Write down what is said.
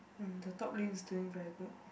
mm the top lane is doing very good